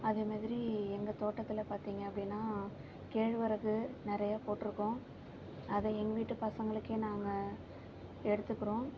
அதேமாதிரி எங்கள் தோட்டத்தில் பார்த்திங்க அப்படினா கேழ்வரகு நிறைய போட்டிருக்கோம் அதை எங்கள் வீட்டுப் பசங்களுக்கே நாங்கள் எடுத்துக்கிறோம்